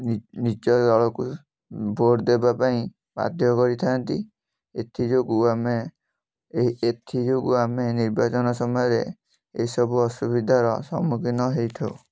ନିଜ ଦଳକୁ ଭୋଟ୍ ଦେବା ପାଇଁ ବାଧ୍ୟ କରିଥାନ୍ତି ଏଥି ଯୋଗୁଁ ଆମେ ଏହି ଏଥି ଯୋଗୁଁ ଆମେ ନିର୍ବାଚନ ସମୟରେ ଏହି ସବୁ ଅସୁବିଧାର ସମ୍ମୁଖୀନ ହେଇଥାଉ